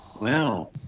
Wow